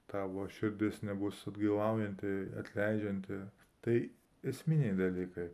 tavo širdis nebus atgailaujanti atleidžianti tai esminiai dalykai